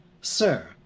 Sir